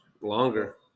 Longer